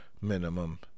minimum